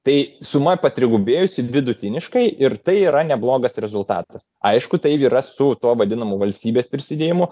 tai suma patrigubėjusi vidutiniškai ir tai yra neblogas rezultatas aišku tai yra su tuo vadinamu valstybės prisidėjimu